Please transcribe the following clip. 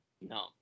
No